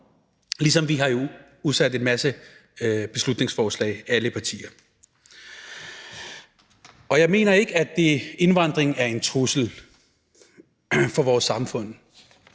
alle partier har udsat en masse beslutningsforslag. Jeg mener ikke, at indvandring er en trussel for vores samfund.